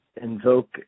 invoke